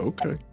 Okay